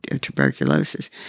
tuberculosis